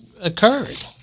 occurred